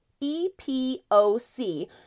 E-P-O-C